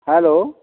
hello